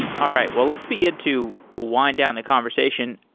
all right, well let's begin to wind down the conversation.